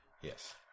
Yes